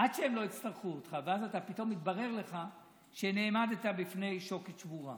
עד שהם לא יצטרכו אותך ואז פתאום יתברר לך שנעמדת בפני שוקת שבורה.